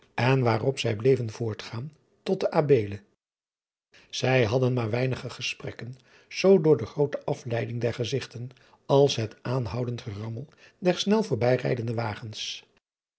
en waarop zij bleven voortgaan tot de beele ij hadden maar weinige gesprekken zoo door de groote afleiding der gezigten als het aanhoudend gerammel der snel voorbij rijdende wagens